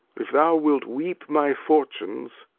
if thou wilt weep my fortunes,